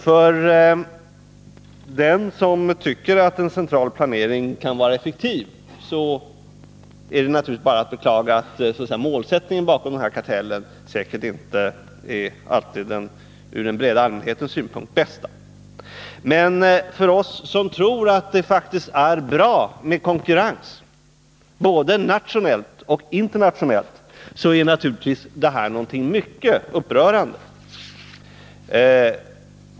För den som tycker att en central planering kan vara effektiv är det naturligtvis bara att beklaga att målsättningen bakom denna kartell säkerligen inte alltid är den ur den breda allmänhetens synpunkt bästa. Men för oss som tror att det är bra med konkurrens, både nationellt och internationellt, är det här naturligtvis någonting mycket upprörande.